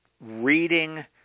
reading